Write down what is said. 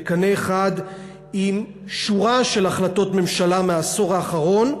בקנה אחד עם שורה של החלטות ממשלה מהעשור האחרון,